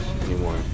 anymore